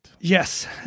Yes